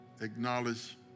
acknowledge